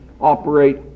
operate